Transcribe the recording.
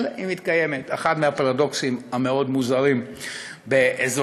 אבל היא מתקיימת אחד מהפרדוקסים המאוד-מוזרים באזורנו.